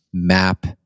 map